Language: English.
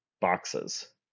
boxes